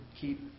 keep